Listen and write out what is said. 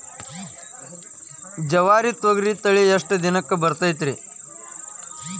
ಜವಾರಿ ತೊಗರಿ ತಳಿ ಎಷ್ಟ ದಿನಕ್ಕ ಬರತೈತ್ರಿ?